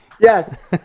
Yes